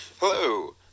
Hello